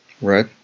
Right